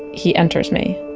he enters me,